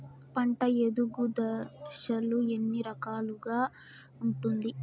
పంట ఎదుగు దశలు ఎన్ని రకాలుగా ఉంటుంది?